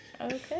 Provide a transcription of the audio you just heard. Okay